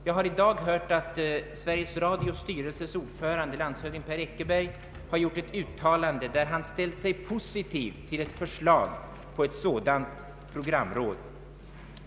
Jag har i dag hört att ordföranden i Sveriges Radios styrelse, landshövding Per Eckerberg, har gjort ett uttalande i vilket han ställt sig positiv till ett förslag om ett programråd.